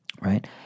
right